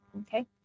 Okay